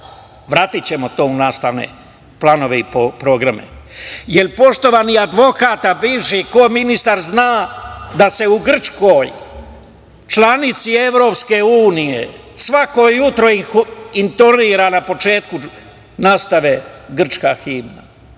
vratićemo to u nastavne planove i programe. Poštovani advokat, a bivši koministar zna da se u Grčkoj, članici EU svako jutro intonira na početku nastave grčka himna.